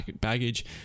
baggage